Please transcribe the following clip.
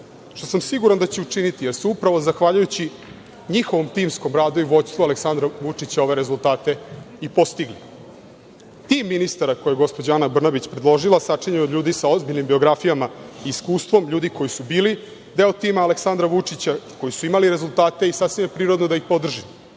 što sam siguran da će učiniti, jer su upravo, zahvaljujući njihovom timskom radu i vođstvu Aleksandra Vučića, ove rezultate i postigli. Tim ministara, koji je gospođa Ana Brnabić predložila, sačinjen je od ljudi sa ozbiljnim biografijama i iskustvom ljudi koji su bili deo tima Aleksandra Vučića, koji su imali rezultate i sasvim je prirodno da ih